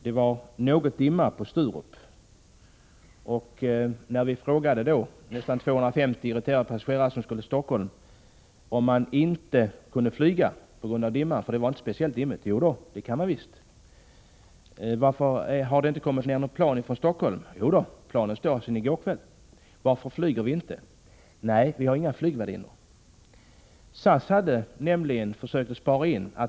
Det var någon dimma på Sturup, och när vi, 240 irriterade passagerare som skulle till Stockholm, frågade om man inte kunde flyga på grund av dimman — det var inte speciellt dimmigt — fick vi beskedet: Jodå, det kan man visst. Varför har det inte kommit ner något plan från Stockholm? Jo, planet står här sedan i går kväll. Varför flyger vi inte? Nej, vi har inga flygvärdinnor. SAS hade nämligen försökt att spara in på övernattningar.